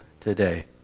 today